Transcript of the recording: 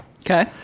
okay